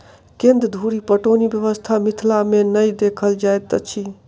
केन्द्र धुरि पटौनी व्यवस्था मिथिला मे नै देखल जाइत अछि